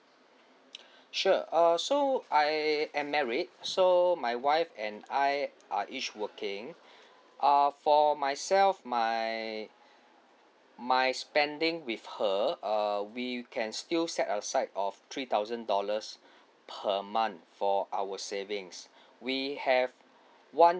sure err so I am married so my wife and I are each working err for myself my my spending with her uh we can still set a side of three thousand dollars per month for our savings we have one